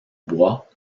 bois